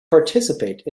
participate